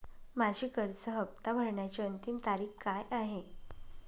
माझी कर्ज हफ्ता भरण्याची अंतिम तारीख काय आहे?